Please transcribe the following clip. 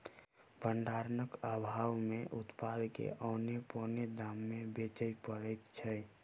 भंडारणक आभाव मे उत्पाद के औने पौने दाम मे बेचय पड़ैत छै